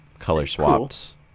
color-swapped